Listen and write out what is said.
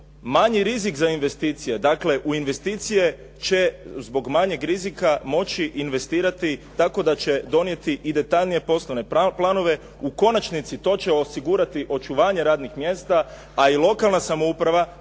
manji rizik za investicije, dakle u investicije će zbog manjeg rizika moći investirati tako da će donijeti i detaljnije poslovne planove. U konačnici, to će osigurati očuvanje radnih mjesta, a i lokalna samouprava